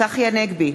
צחי הנגבי,